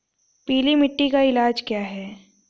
पीली मिट्टी का इलाज क्या है?